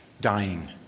dying